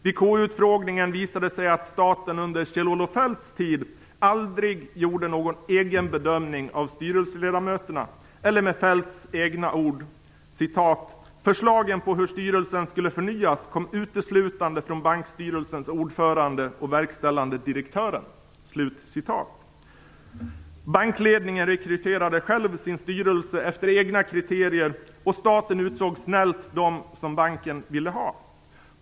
Vid KU-utfrågningen visade det sig att staten under Kjell-Olof Feldts tid aldrig gjorde någon egen bedömning av styrelseledamöterna eller, med Feldts egna ord: "Förslagen på hur styrelsen skulle förnyas kom uteslutande från bankstyrelsens ordförande och verkställande direktören." Bankledningen rekryterade själv sin styrelse efter egna kriterier och staten utsåg snällt dem som banken ville ha.